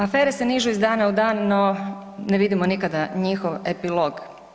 Afere se nižu iz dana u dan, no, ne vidimo nikada njihov epilog.